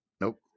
nope